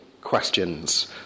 questions